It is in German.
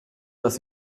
dass